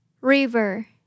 River